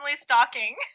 stalking